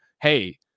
Hey